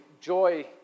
joy